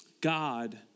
God